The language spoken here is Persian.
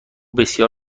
بسیار